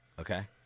Okay